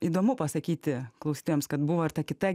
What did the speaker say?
įdomu pasakyti klausytojams kad buvo ir ta kita